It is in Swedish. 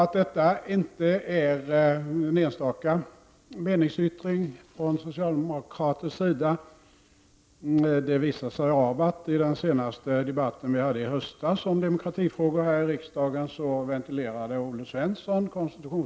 Att detta inte är en enstaka meningsyttring från socialdemokratin visas av att Olle Svensson, konstitutionsutskottets ordförande, vid den senaste debatten i höstas om demokratifrågor ventilerade samma tankegångar.